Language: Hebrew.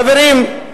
חברים,